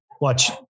watch